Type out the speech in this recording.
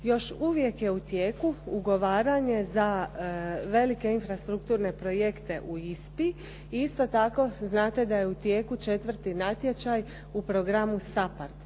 Još uvijek je u tijeku ugovaranje za velike infrastrukturne projekte u ISPA-i i isto tako znate da je u tijeku 4. natječaj u programu SAPARD,